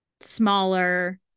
smaller